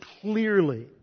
clearly